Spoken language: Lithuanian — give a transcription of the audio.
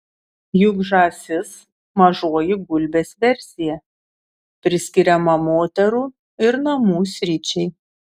juk žąsis mažoji gulbės versija priskiriama moterų ir namų sričiai